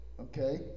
Okay